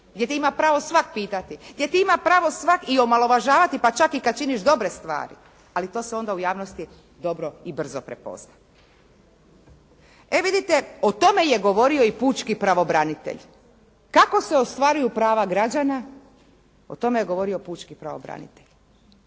gdje te ima pravo svatko pitati, gdje te ima pravo svatko i omalovažavati pa čak i kad činiš dobre stvari, ali to se onda u javnosti dobro i brzo prepozna. E vidite o tome je govorio i pučki pravobranitelj, kako se ostvaruju prava građana, o tome je govorio pučki pravobranitelj.